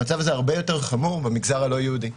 המצב הזה הרבה יותר חמור במגזר הלא יהודי.